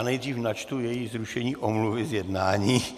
Nejdříve načtu její zrušení omluvy z jednání.